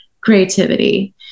creativity